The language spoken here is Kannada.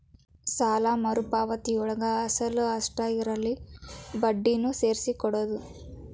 ಸಾಲ ಮರುಪಾವತಿಯೊಳಗ ಅಸಲ ಅಷ್ಟ ಇರಲ್ಲ ಬಡ್ಡಿನೂ ಸೇರ್ಸಿ ಕೊಡೋದ್